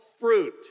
fruit